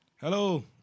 Hello